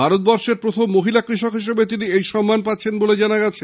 ভারতবর্ষের প্রথম মহিলা চাষী হিসেবে তিনি এই সম্মান পাচ্ছেন বলে জানা গেছে